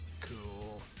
Cool